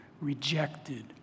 rejected